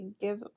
give